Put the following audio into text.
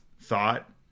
thought